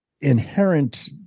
inherent